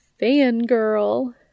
Fangirl